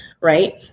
right